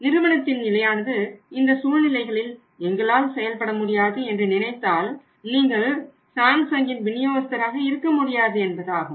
நிறுவனத்தின் நிலையானது இந்த சூழ்நிலைகளில் எங்களால் செயல்பட முடியாது என்று நினைத்தால் நீங்கள் சாம்சங்கின் விநியோகஸ்தராக இருக்க முடியாது என்பதாகும்